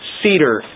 cedar